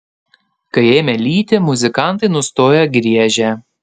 kai ėmė lyti muzikantai nustojo griežę